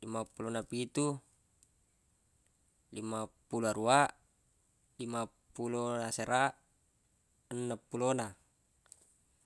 limappulona pitu limappulo arua limappulona asera enneppulona